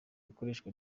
ikoreshwa